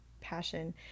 passion